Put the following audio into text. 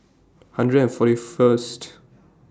hundred and forty First